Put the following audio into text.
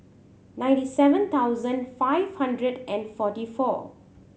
ninety seven thousand five hundred and forty four